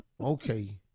Okay